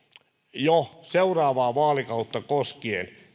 jo seuraavaa vaalikautta koskien